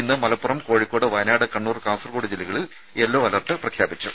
ഇന്ന് മലപ്പുറം കോഴിക്കോട് വയനാട് കണ്ണൂർ കാസർകോട് ജില്ലകളിൽ yellow alert പ്രഖ്യാപിച്ചു